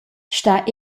star